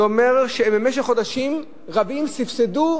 זה אומר שבמשך חודשים רבים הם סבסדו